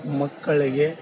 ಮಕ್ಕಳಿಗೆ